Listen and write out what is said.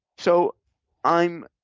so i'm